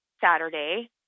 Saturday